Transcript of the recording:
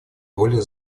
более